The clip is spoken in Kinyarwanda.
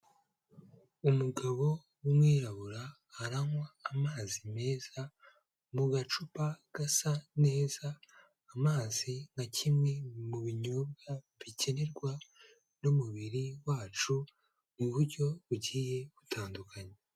Umugabo w'umwirabura aranywa amazi meza mu gacupa gasa neza, amazi nka kimwe mu binyobwa bikenerwa n'umubiri wacu mu buryo bugiye gutandukanya.